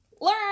Learn